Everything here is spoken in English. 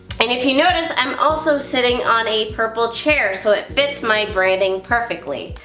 and if you notice i'm also sitting on a purple chair so it fits my brand perfectly.